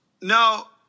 no